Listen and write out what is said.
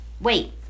wait